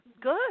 good